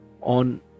on